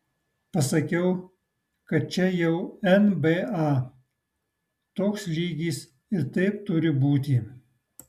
pasakiau kad čia jau nba toks lygis ir taip turi būti